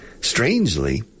strangely